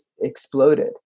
exploded